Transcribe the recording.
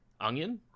onion